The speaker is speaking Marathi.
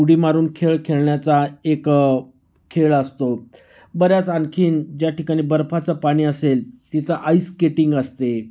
उडी मारून खेळ खेळण्याचा एक खेळ असतो बऱ्याच आणखीन ज्या ठिकाणी बर्फाचं पाणी असेल तिथं आईस स्केटिंग असते